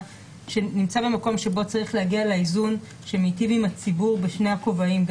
שנמצא במקום שבו צריך להגיע לאיזון שמיטיב עם הציבור בשני הכובעים,